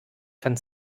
kann